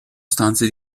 stanze